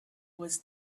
was